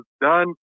done